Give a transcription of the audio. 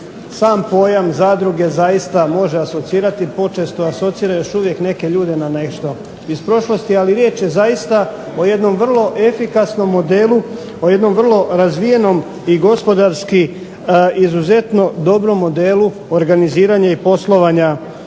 sam pojam zadruge može asocirati, počesto asocira još neke ljude na nešto iz prošlosti, ali riječ je zaista o jednom vrlo efikasnom modelu o jedno vrlo razvijenom i gospodarski izuzetno dobrom modelu organiziranja i poslovanja